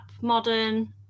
modern